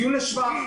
ציון לשבח.